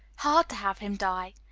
hard to have him die!